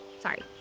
Sorry